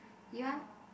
you want